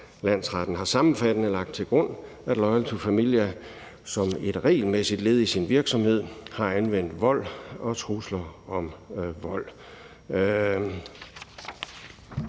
Landsretten har sammenfattende lagt til grund, at Loyal to Familia som et regelmæssigt led i sin virksomhed har anvendt vold og trusler om vold.«